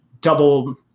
double